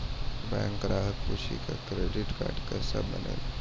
Bank ग्राहक पुछी की क्रेडिट कार्ड केसे बनेल?